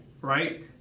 right